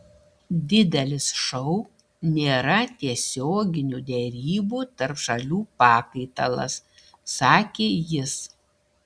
didelis šou nėra tiesioginių derybų tarp šalių pakaitalas sakė jis